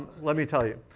let me tell you.